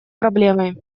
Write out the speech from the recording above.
проблемой